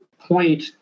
point